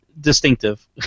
Distinctive